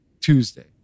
Tuesday